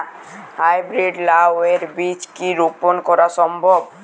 High breed লাও এর বীজ কি রোপন করা সম্ভব?